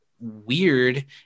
weird